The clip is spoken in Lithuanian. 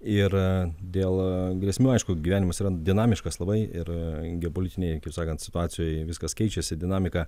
ir dėl grėsmių aišku gyvenimas yra dinamiškas labai ir geopolitinėj kaip sakant situacijoj viskas keičiasi dinamika